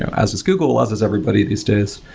as is google, as is everybody these days.